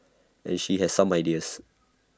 and she has some ideas